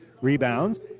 rebounds